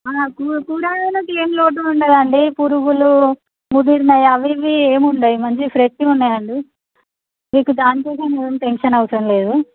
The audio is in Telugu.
కూ కూరగాయలకి ఏం లోటు ఉండదండి పురుగులు ముదిరినవి అవి ఇవి ఏమి ఉండవు మంచిగా ఫ్రెష్వి ఉన్నాయండి మీకు దానికోసం ఏం టెన్షన్ అవసరం లేదు